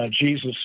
Jesus